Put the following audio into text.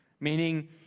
meaning